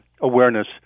awareness